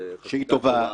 שהיא טובה,